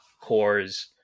cores